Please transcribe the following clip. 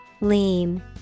Lean